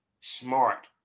smart